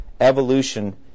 evolution